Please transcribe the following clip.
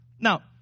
Now